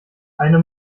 eine